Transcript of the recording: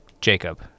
Jacob